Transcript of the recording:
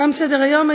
תם סדר-היום.